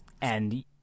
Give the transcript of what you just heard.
and-